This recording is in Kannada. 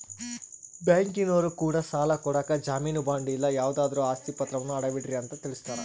ಬ್ಯಾಂಕಿನರೊ ಕೂಡ ಸಾಲ ಕೊಡಕ ಜಾಮೀನು ಬಾಂಡು ಇಲ್ಲ ಯಾವುದಾದ್ರು ಆಸ್ತಿ ಪಾತ್ರವನ್ನ ಅಡವಿಡ್ರಿ ಅಂತ ತಿಳಿಸ್ತಾರ